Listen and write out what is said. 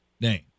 name